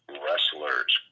wrestlers